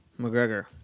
McGregor